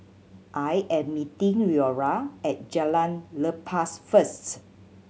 I am meeting Leora at Jalan Lepas first